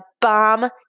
bomb